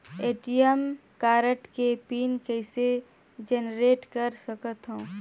ATM card के pin कइसे generate कर सकथव?